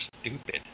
stupid